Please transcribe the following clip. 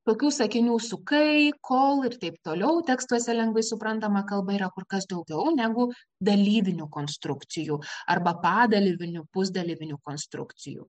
tokių sakinių su kai kol ir taip toliau tekstuose lengvai suprantama kalba yra kur kas daugiau negu dalyvinių konstrukcijų arba padalyvinių pusdalyvinių konstrukcijų